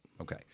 Okay